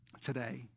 today